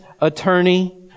attorney